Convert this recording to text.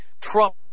Trump